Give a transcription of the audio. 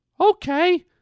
Okay